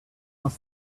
must